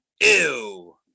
Ew